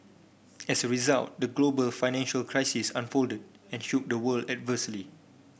as a result the global financial crisis unfolded and shook the world adversely